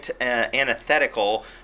antithetical